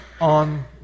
on